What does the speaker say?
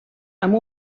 amb